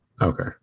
okay